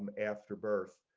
and after birth.